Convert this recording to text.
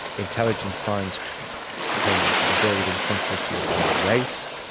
intelligence science became embroiled in controversy about race.